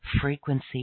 frequency